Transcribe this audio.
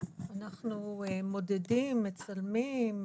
אנחנו מודדים, מצלמים.